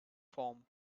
form